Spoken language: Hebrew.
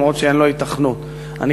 אף שאין לו היתכנות כלכלית?